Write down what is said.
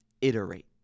iterate